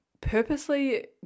Purposely